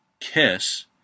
Kiss